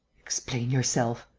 explain yourself!